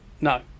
No